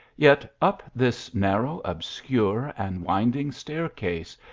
yet, up this narrow, obscure and winding staircase,